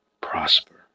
prosper